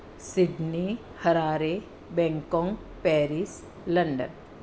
Sydney Harare Bangkok Paris London